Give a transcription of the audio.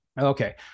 Okay